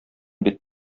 бит